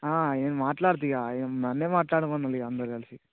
నేను మాట్లాడతా ఇక ఇక నన్నే మాట్లాడమన్నళ్ళు ఇక అందరూ కలిసి